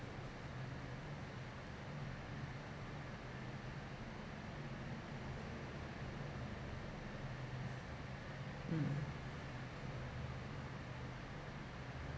mm